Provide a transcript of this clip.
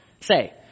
say